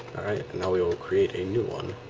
now we will create a new one